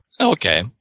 Okay